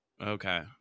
Okay